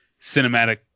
cinematic